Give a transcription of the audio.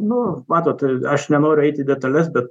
nu matot aš nenoriu eiti į detales bet